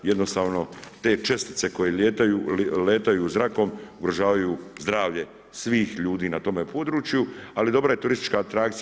Jednostavno te čestice koje letaju zrakom ugrožavaju zdravlje svih ljudi na tome području, ali dobra je turistička atrakcija.